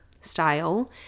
style